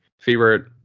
Favorite